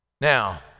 Now